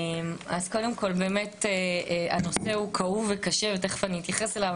אז קודם כל הנושא הוא כאוב וקשה ותיכף אני אתייחס אליו.